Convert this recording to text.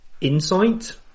Insight